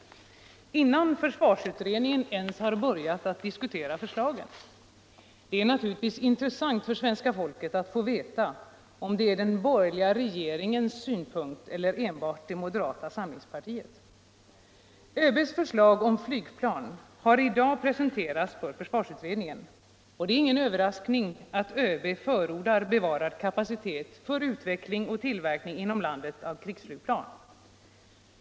innan försvarsutredningen ens har börjat diskutera förslagen. Det är naturligtvis intressant för svenska folket att få veta om detta är den borgerliga rogeringens synpunkt eller enbart moderata samlingspartiets. ÖB:s förstag om flygplan har i dag presenterats för försvarsutredningen. Och det är ingen överraskning att ÖB förordar bevarad kapacitet för utveckling och tillverkning inom landet av krigsflygplan.